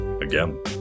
again